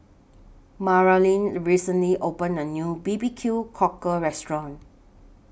Maralyn recently opened A New B B Q Cockle Restaurant